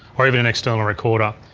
or even an external recorder.